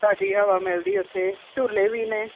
ਤਾਜ਼ੀ ਹਵਾ ਮਿਲਦੀ ਉੱਥੇ ਝੂਲੇ ਵੀ ਨੇ